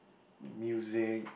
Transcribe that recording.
music